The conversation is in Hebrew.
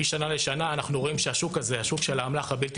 משנה לשנה אנחנו רואים שהשוק הזה של האמל"ח הבלתי